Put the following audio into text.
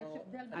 יש הבדל.